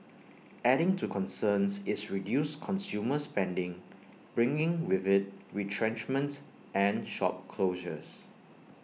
adding to concerns is reduced consumer spending bringing with IT retrenchments and shop closures